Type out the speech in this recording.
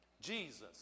Jesus